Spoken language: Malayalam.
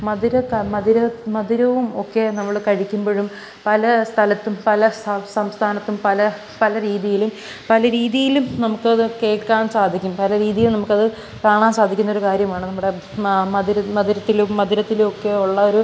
മധുരം മധുരം മധുരവും ഒക്കെ നമ്മൾ കഴിക്കുമ്പോഴും പല സ്ഥലത്തും പല സംസ്ഥാനത്തും പല പല രീതിയിലും പല രീതിയിലും നമുക്ക് അത് കേൾക്കാൻ സാധിക്കും പല രീതിയിലും നമുക്ക് അത് കാണാൻ സാധിക്കുന്ന ഒരു കാര്യമാണ് നമ്മുടെ ആ മധുരം മധുരത്തിലും മധുരത്തിലൊക്കെ ഉള്ള ഒരു